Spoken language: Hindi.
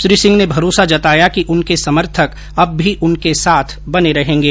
श्री सिंह ने भरोसा जताया कि उनके समर्थक अब भी उनके साथ बने रहेंगे